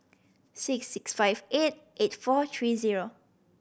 six six five eight eight four three zero